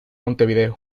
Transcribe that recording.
montevideo